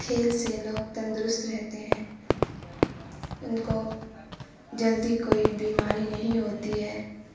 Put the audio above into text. کھیل سے لوگ تندرست رہتے ہیں ان کو جلدی کوئی بیماری نہیں ہوتی ہے